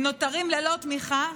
הם נותרים ללא תמיכה,